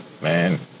man